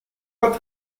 pas